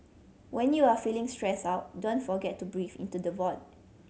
when you are feeling stressed out don't forget to breath into the void